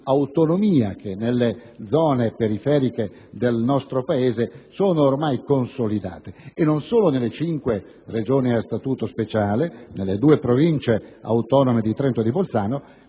autonomia che nelle zone periferiche del nostro Paese sono ormai consolidate: non solo nelle cinque Regioni a Statuto speciale e nelle due Province autonome di Trento e Bolzano,